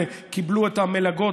הם קיבלו מלגות,